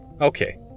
Okay